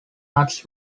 arts